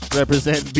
represent